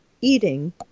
eating